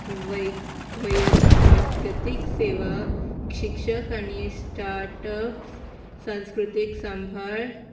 वैयक्तीक सेवा शिक्षक आनी स्टाटअप्स सांस्कृतीक सांबाळ